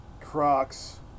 Crocs